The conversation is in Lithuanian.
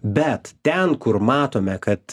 bet ten kur matome kad